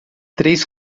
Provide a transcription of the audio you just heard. três